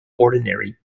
ordinary